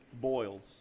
Boils